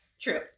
True